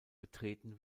betreten